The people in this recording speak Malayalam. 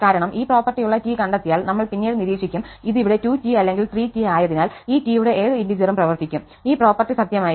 കാരണം ഈ പ്രോപ്പർട്ടിയുള്ള T കണ്ടെത്തിയാൽ നമ്മൾ പിന്നീട് നിരീക്ഷിക്കും ഇത് ഇവിടെ 2T അല്ലെങ്കിൽ 3T ആയതിനാൽ ഈ T യുടെ ഏത് ഇന്റിജറും പ്രവർത്തിക്കും ഈ പ്രോപ്പർട്ടി സത്യമായിരിക്കും